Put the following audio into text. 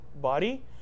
body